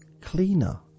cleaner